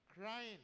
crying